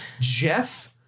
Jeff